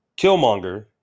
Killmonger